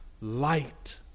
light